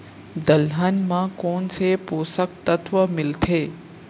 दलहन म कोन से पोसक तत्व मिलथे?